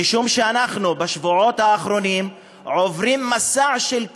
משום שאנחנו בשבועות האחרונים עוברים מסע של,